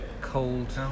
Cold